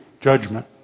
judgment